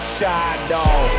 Shadow